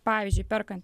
pavyzdžiui perkant